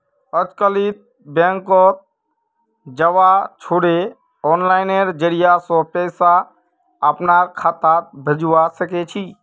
अजकालित बैंकत जबा छोरे आनलाइनेर जरिय स पैसा अपनार खातात भेजवा सके छी